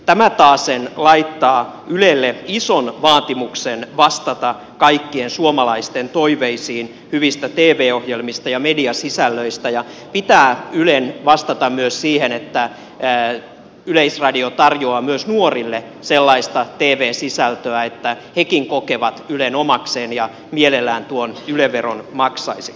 tämä taasen laittaa ylelle ison vaatimuksen vastata kaikkien suomalaisten toiveisiin hyvistä tv ohjelmista ja mediasisällöistä ja pitää ylen vastata myös siihen että yleisradio tarjoaa myös nuorille sellaista tv sisältöä että hekin kokevat ylen omakseen ja mielellään tuon yle veron maksaisivat